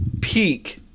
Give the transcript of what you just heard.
peak